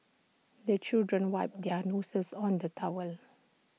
the children wipe their noses on the towel